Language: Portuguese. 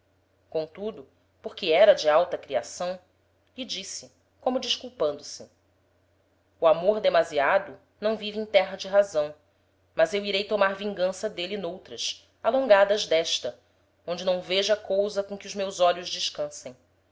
comtudo porque era de alta criação lhe disse como desculpando-se o amor demasiado não vive em terra de razão mas eu irei tomar vingança d'êle n'outras alongadas d'esta onde não veja cousa com que os meus olhos descansem